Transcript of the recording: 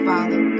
Father